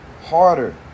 harder